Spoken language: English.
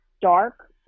dark